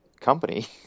company